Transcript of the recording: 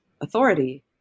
authority